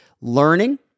learning